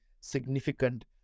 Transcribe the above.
significant